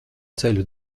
ceļu